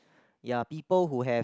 ya people who have